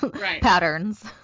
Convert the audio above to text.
patterns